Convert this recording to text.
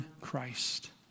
Christ